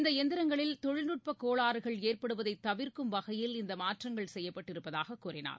இந்தஎந்திரங்களில் தொழில்நுட்பக் கோளாறுகள் ஏற்படுவதைதவிர்க்கும் வகையில் இந்தமாற்றங்கள் செய்யப்பட்டிருப்பதாகக் கூறினார்